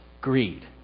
greed